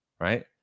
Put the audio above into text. right